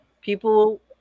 people